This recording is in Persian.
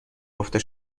گفته